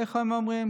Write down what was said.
איך הם אומרים?